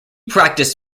practiced